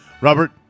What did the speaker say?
Robert